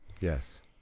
Yes